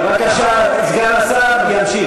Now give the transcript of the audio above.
בבקשה, סגן השר ימשיך.